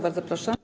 Bardzo proszę.